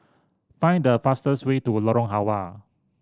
find the fastest way to Lorong Halwa